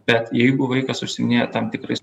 bet jeigu vaikas užsiiminėja tam tikrais